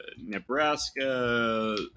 Nebraska